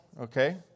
Okay